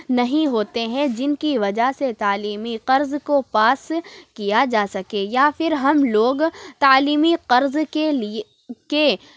نہیں ہوتے ہیں جن کی وجہ سے تعلیمی قرض کو پاس کیا جا سکے یا پھر ہم لوگ تعلیمی قرض کے لیے کے